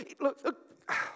Look